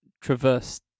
traverse